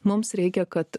mums reikia kad